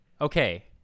Okay